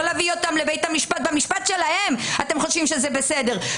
לא להביא אותם לבית המשפט במשפט שלהם ואתם חושבים שזה בסדר,